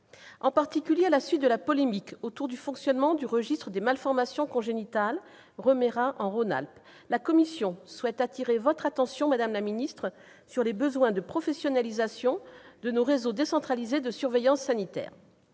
En particulier, à la suite de la polémique autour du fonctionnement du registre des malformations congénitales « REMERA » en Rhône-Alpes, la commission des affaires sociales souhaite attirer votre attention, madame la ministre, sur les besoins de professionnalisation de nos réseaux décentralisés de surveillance sanitaire.